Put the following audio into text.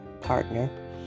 partner